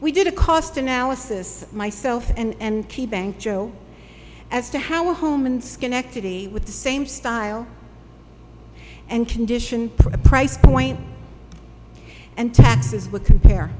we did a cost analysis myself and key bank joe as to how a home in schenectady with the same style and condition for a price point and taxes would compare